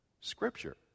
Scripture